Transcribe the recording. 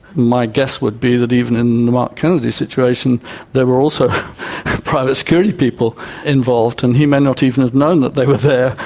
my guess would be that even in mark kennedy's situation there were also private security people involved and he may not even have known that they were there,